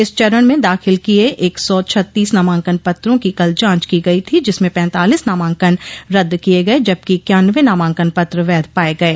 इस चरण में दाखिल किये एक सौ छत्तीस नामाकन पत्रों की कल जांच की गयी थी जिसमें पैतालीस नामांकन रद्द किये गये जबकि इक्यान्नबे नामांकन पत्र वैध पाये गये